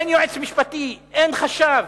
אין יועץ משפטי, אין חשב.